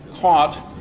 caught